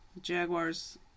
Jaguars